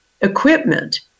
equipment